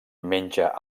menja